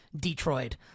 Detroit